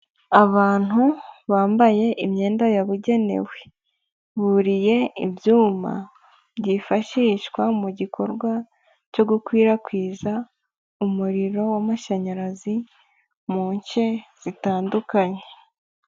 Abantu bambaye imyenda yabugenewe buriye ibyuma byifashishwa mu gikorwa cyo gukwirakwiza umuriro w'amashanyarazi mu nce zitandukanye.